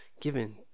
given